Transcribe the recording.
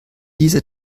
dieser